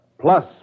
plus